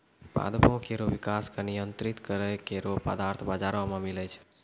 पादपों केरो विकास क नियंत्रित करै केरो पदार्थ बाजारो म मिलै छै